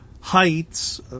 heights